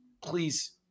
please